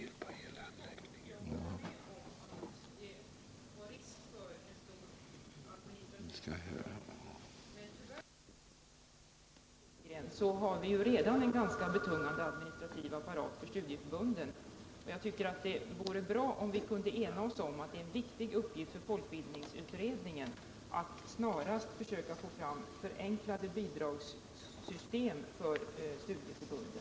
Men, Roland Sundgren, tyvärr har vi ju redan nu en ganska betungande administrativ apparat för studieförbunden. Jag tycker därför att det vore bra om vi kunde enas om att det är en viktig uppgift för folkbildningsutredningen att snarast försöka få fram förenklade bidragssystem för studieförbunden.